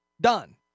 Done